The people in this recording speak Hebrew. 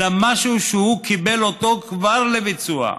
אלא משהו שהוא קיבל אותו כבר לביצוע,